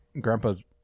grandpa's